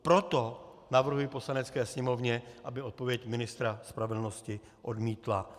Proto navrhuji Poslanecké sněmovně, aby odpověď ministra spravedlnosti odmítla.